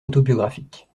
autobiographique